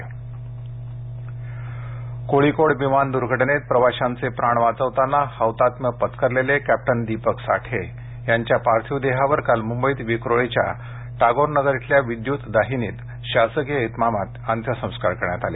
साठे अंत्यसंस्कार कोळिकोड विमान दूर्घटनेत प्रवाशांचे प्राण वाचवताना हौतात्म्य पत्करलेले कॅप्टन दीपक साठे यांच्या पार्थिव देहावर काल मुंबईत विक्रोळीच्या टागोर नगर इथल्या विद्युतदाहिनीत शासकीय इतमामात अंत्यसंस्कार करण्यात आले